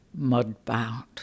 Mudbound